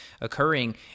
occurring